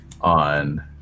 on